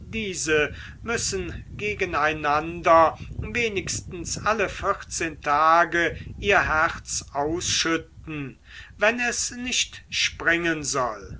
diese müssen gegeneinander wenigstens alle vierzehn tage ihr herz ausschütten wenn es nicht springen soll